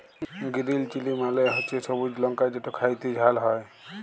গিরিল chilli মালে হছে সবুজ লংকা যেট খ্যাইতে ঝাল হ্যয়